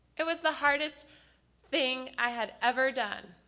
it was the hardest thing i had ever done,